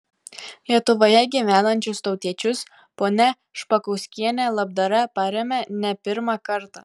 lietuvoje gyvenančius tautiečius ponia špakauskienė labdara paremia ne pirmą kartą